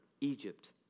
Egypt